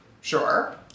Sure